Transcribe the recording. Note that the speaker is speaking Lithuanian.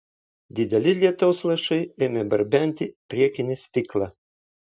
dideli lietaus lašai ėmė barbenti į priekinį stiklą